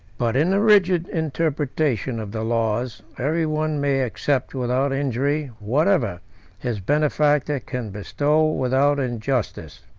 but in the rigid interpretation of the laws, every one may accept, without injury, whatever his benefactor can bestow without injustice.